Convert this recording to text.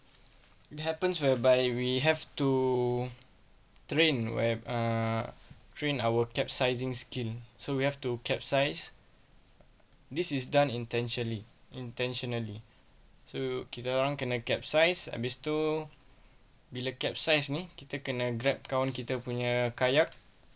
it happens whereby we have to train where err train our capsizing skill so we have to capsize this is done intentionally intentionally so kita orang kena capsize habis tu bila capsize ini kita kena grab kawan kita punya kayak